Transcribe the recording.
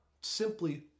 simply